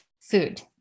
food